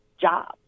jobs